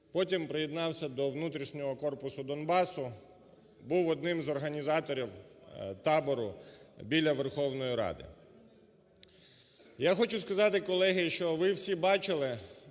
потім приєднався до внутрішнього корпусу "Донбасу", був одним з організаторів табору біля Верховної Ради. Я хочу казати колеги, що ви всі бачили,